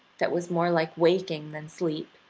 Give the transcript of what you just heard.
that was more like waking than sleep,